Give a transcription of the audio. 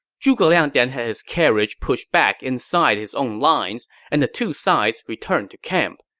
zhuge liang then had his carriage pushed back inside his own lines, and the two sides returned to camp.